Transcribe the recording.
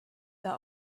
that